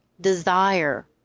desire